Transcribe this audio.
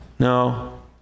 No